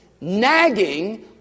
nagging